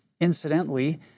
incidentally